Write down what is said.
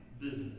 business